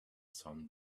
sun